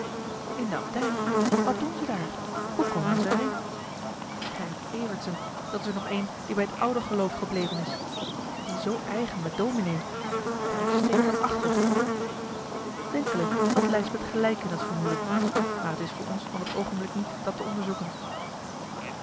in de abdij wat doen ze daar hoe komen ze er in gerrit evertsen dat is er nog een die bij t oude geloof gebleven is en die zoo eigen met dominé daar steekt wat achter denkelijk had lijsbeth gelijk in dat vermoeden maar het is voor ons nog het oogenblik niet dat te onderzoeken